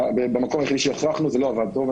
במקום היחיד שהכרחנו זה לא עבד טוב.